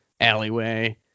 alleyway